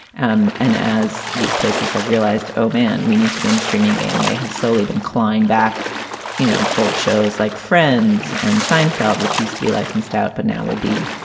and and as these places have realized oh man we need to be in the streaming game. they have slowly been climbing back you know in old shows like friends and seinfeld which used to be licensed out but now will be